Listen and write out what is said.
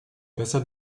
besser